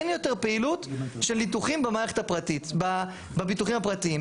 אין יותר פעילות של ניתוחים בביטוחים הפרטיים,